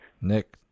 Nick